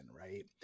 right